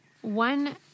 one